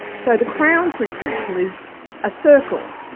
so the crown for example, is a circle,